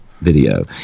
video